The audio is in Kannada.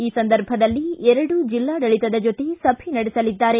ಈ ಸಂದರ್ಭದಲ್ಲಿ ಎರಡೂ ಜಿಲ್ಲಾಡಳಿತದ ಜೊತೆ ಸಭೆ ನಡೆಸಲಿದ್ದಾರೆ